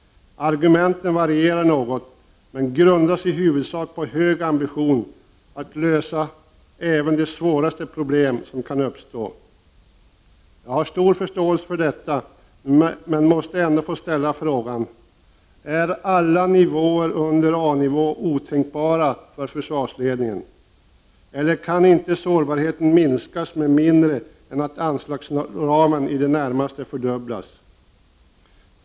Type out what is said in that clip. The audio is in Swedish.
Argumenten varierar något, men kraven grundas i huvudsak på hög ambition att lösa även de svåraste problem som kan uppstå. Jag har stor förståelse för detta, men måste ändå få ställa frågan: Är alla nivåer under A-nivå otänkbara för försvarsledningen? Eller kan inte sårbarheten minskas med mindre än att anslagsramen i det närmaste fördubblas?